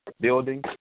building